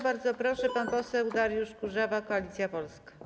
Bardzo proszę, pan poseł Dariusz Kurzawa, Koalicja Polska.